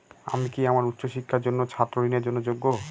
আমি কি আমার উচ্চ শিক্ষার জন্য ছাত্র ঋণের জন্য যোগ্য?